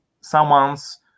someone's